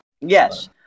Yes